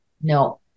No